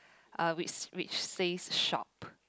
uh which which says shop